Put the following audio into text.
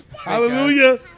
Hallelujah